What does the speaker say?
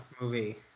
movie